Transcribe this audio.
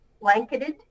blanketed